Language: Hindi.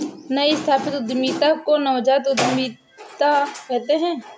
नई स्थापित उद्यमिता को नवजात उद्दमिता कहते हैं